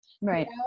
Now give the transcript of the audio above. Right